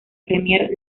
premier